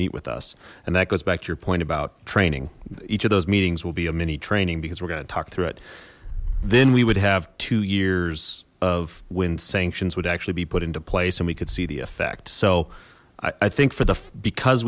meet with us and that goes back to your point about training each of those meetings will be a mini training because we're going to talk through it then we would have two years of when sanctions would actually be put into place and we could see the effect so i think for the because